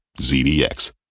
ZDX